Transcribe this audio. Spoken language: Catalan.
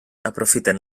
aprofiten